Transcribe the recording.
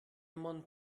mont